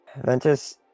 Ventus